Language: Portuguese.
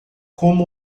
como